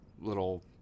little